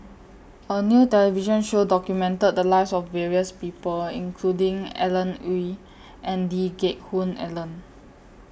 A New television Show documented The Lives of various People including Alan Oei and Lee Geck Hoon Ellen